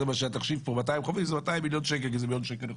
זה התחשיב פה ש-200 מיליון שקל זה 200 חופים כי זה מיליון שקל לחוף.